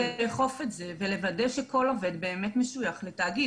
לאכוף את זה ולוודא שכל עובד באמת משויך לתאגיד.